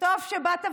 טוב שבאת.